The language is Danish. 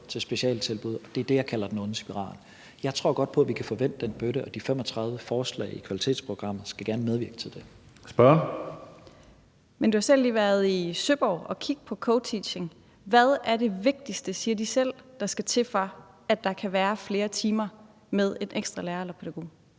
til specialtilbud, og det er det, jeg kalder den onde spiral. Jeg tror godt på, at vi kan få vendt den bøtte, og de 35 forslag i kvalitetsprogrammet skal gerne medvirke til det. Kl. 15:01 Tredje næstformand (Karsten Hønge): Spørgeren. Kl. 15:01 Lotte Rod (RV): Men du har selv lige været i Søborg og kigge på coteaching. Hvad er det vigtigste, siger de selv, der skal til, for at der kan være flere timer med en ekstra lærer eller pædagog?